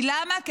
למה?